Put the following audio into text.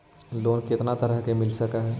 Loan कितना तरह से मिल सक है?